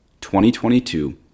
2022